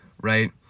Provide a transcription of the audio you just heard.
Right